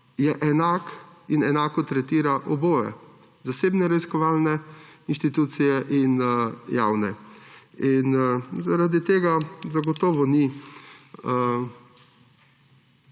je enak in enako tretira oboje, zasebne raziskovalne inštitucije in javne. Zaradi tega zagotovo ni